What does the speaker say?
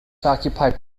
occupy